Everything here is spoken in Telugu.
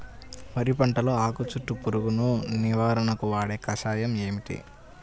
వరి పంటలో ఆకు చుట్టూ పురుగును నివారణకు వాడే కషాయం ఏమిటి?